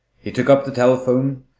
he took up the telephone,